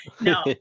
No